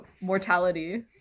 mortality